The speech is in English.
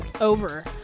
over